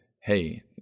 hey